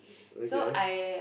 okay